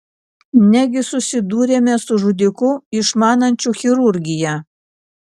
negi susidūrėme su žudiku išmanančiu chirurgiją